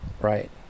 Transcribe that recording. Right